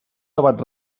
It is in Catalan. debat